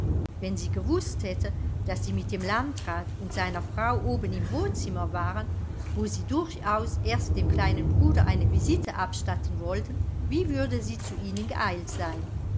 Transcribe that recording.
wenn sie gewußt hätte daß sie mit dem landrat und seiner frau oben im wohnzimmer waren wo sie durchaus erst dem kleinen bruder eine visite abstatten wollten wie würde sie zu ihnen geeilt sein